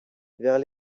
vers